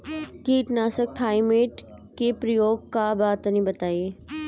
कीटनाशक थाइमेट के प्रयोग का बा तनि बताई?